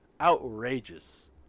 outrageous